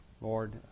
Lord